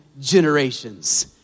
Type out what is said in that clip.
generations